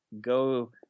go